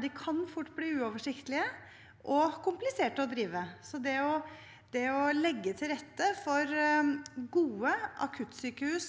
de kan fort bli uoversiktlige og kompliserte å drive. Så det å legge til rette for gode akuttsykehus